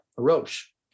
Roche